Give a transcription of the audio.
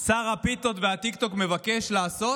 שר הפיתות והטיקטוק מבקש לעשות: